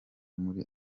muri